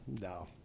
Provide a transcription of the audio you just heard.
no